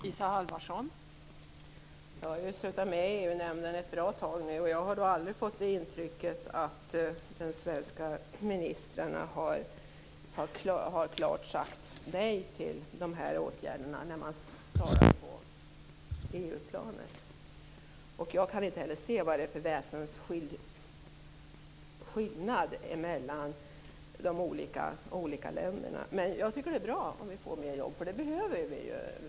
Fru talman! Jag har ju suttit i EU-nämnden ett bra tag, och jag har aldrig fått intrycket att de svenska ministrarna klart har sagt nej till dessa åtgärder när det talats om dem på EU-nivå. Jag kan inte heller se att det skulle vara en sådan väsensskild skillnad mellan de olika länderna. Men det är bra om vi får fler jobb - det behöver vi.